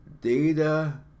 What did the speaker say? data